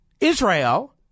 Israel